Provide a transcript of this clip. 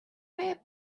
web